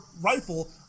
rifle